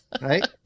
Right